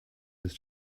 was